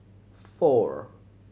four